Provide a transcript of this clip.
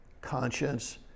conscience